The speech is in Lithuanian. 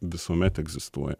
visuomet egzistuoja